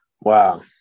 Wow